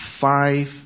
five